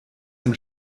dem